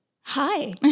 Hi